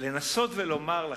לנסות לומר לכם,